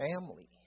family